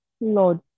Lord